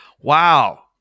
Wow